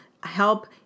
help